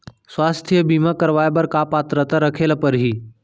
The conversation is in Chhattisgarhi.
स्वास्थ्य बीमा करवाय बर का पात्रता रखे ल परही?